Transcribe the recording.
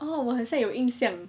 oh 我很像有印象